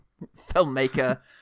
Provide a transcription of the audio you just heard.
filmmaker